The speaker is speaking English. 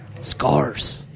Scars